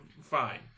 fine